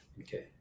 Okay